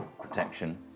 protection